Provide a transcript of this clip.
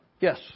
Yes